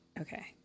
okay